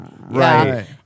Right